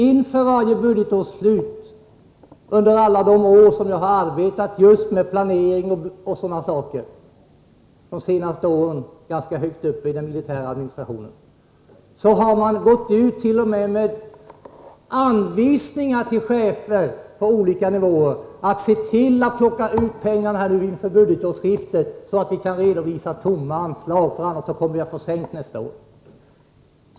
Inför varje budgetårs slut — under alla de år som jag har arbetat just med planering m.m., de senaste åren ganska högt uppe i den militära administrationen — gick man t.o.m. ut med anvisningar till chefer på olika nivåer om att de skulle se till att plocka ut pengarna inför budgetårsskiftet så att man kunde redovisa att anslagen var förbrukade — annars kunde det bli lägre anslag följande år.